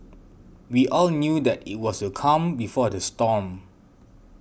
we all knew that it was the calm before the storm